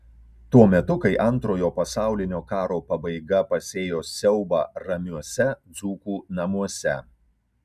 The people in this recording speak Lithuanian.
tuo metu kai antrojo pasaulinio karo pabaiga pasėjo siaubą ramiuose dzūkų namuose